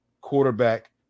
quarterback